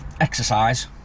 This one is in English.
exercise